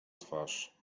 twarz